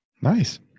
Nice